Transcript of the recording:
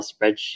spreadsheet